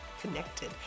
connected